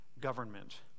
government